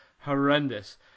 horrendous